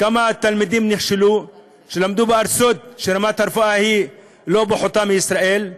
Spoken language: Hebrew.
כמה תלמידים שלמדו בארצות שרמת הרפואה בהן היא לא פחותה מבישראל נכשלו,